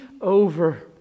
over